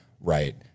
right